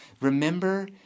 Remember